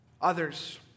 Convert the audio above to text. others